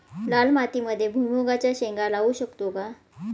लाल मातीमध्ये भुईमुगाच्या शेंगा लावू शकतो का?